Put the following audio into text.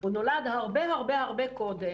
הוא נולד הרבה הרבה קודם.